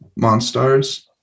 monstars